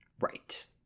Right